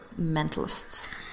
mentalists